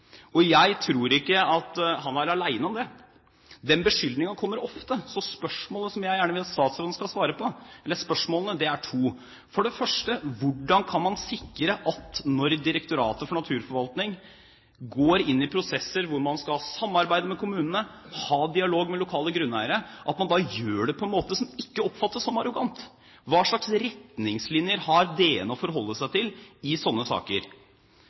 Og jeg tror ikke at han er alene om det. Den beskyldningen kommer ofte. Så er det to spørsmål som jeg gjerne vil at statsråden skal svare på. For det første: Hvordan kan man når Direktoratet for naturforvaltning går inn i prosesser hvor man skal ha samarbeid med kommunene og ha dialog med lokale grunneiere, sikre at man gjør det på en måte som ikke oppfattes som arrogant? Hva slags retningslinjer har Direktoratet for naturforvaltning å forholde seg til i sånne saker?